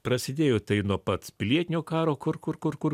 prasidėjo tai nuo pat pilietinio karo kur kur kur kur